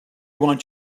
want